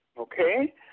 Okay